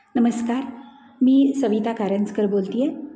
नमस्कार मी सविता कारंजकर बोलत आहे